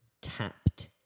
tapped